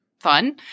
fun